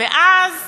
ואז,